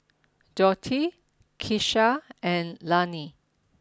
Dorthey Keisha and Lannie